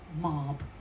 mob